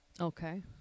Okay